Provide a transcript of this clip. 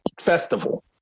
festival